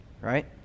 right